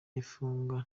ifungwa